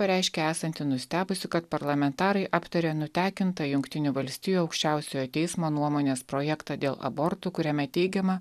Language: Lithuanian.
pareiškė esanti nustebusi kad parlamentarai aptarė nutekintą jungtinių valstijų aukščiausiojo teismo nuomonės projektą dėl abortų kuriame teigiama